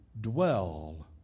dwell